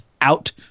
out